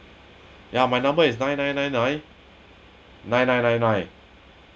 ya my number is nine nine nine nine nine nine nine nine